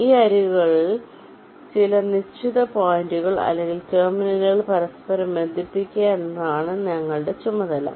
ഈ അരികുകളിൽ ചില നിശ്ചിത പോയിന്റുകൾ അല്ലെങ്കിൽ ടെർമിനലുകൾ പരസ്പരം ബന്ധിപ്പിക്കുക എന്നതാണ് ഞങ്ങളുടെ ചുമതല